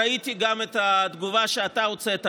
ראיתי גם את התגובה שאתה הוצאת,